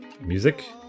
music